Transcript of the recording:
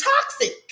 toxic